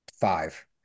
five